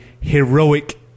heroic